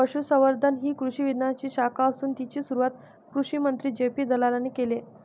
पशुसंवर्धन ही कृषी विज्ञानाची शाखा असून तिची सुरुवात कृषिमंत्री जे.पी दलालाने केले